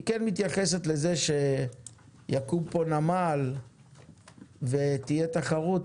היא כן מתייחסת לזה שיקום פה נמל ותהיה תחרות.